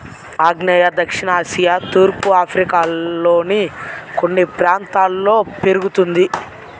ఆగ్నేయ దక్షిణ ఆసియా తూర్పు ఆఫ్రికాలోని కొన్ని ప్రాంతాల్లో పెరుగుతుంది